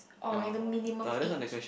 or like the minimum age